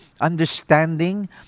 understanding